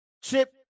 Chip